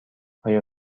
آیا